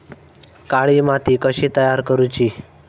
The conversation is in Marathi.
काळी माती कशी तयार करूची?